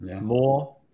more